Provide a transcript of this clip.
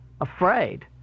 afraid